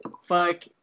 Fuck